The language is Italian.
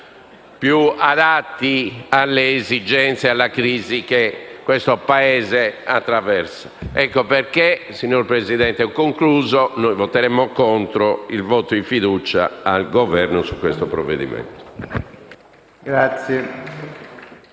più adatti alle esigenze e alla crisi che questo Paese attraversa. Ecco perché, signor Presidente, noi voteremo contro il voto di fiducia al Governo su questo provvedimento.